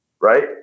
right